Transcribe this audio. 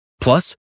Plus